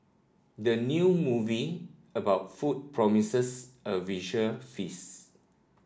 the new movie about food promises a visual feast